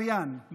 אטבריאן.